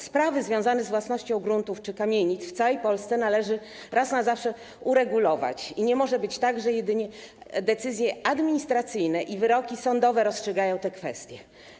Sprawy związane z własnością gruntów czy kamienic w całej Polsce należy raz na zawsze uregulować i nie może być tak, że jedynie decyzje administracyjne i wyroki sądowe rozstrzygają te kwestie.